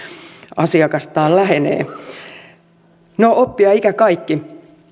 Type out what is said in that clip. asiakastaan lähenee no oppia ikä kaikki